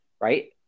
right